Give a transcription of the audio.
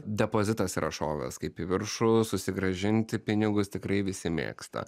depozitas yra šovęs kaip į viršų susigrąžinti pinigus tikrai visi mėgsta